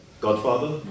Godfather